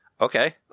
okay